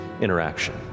interaction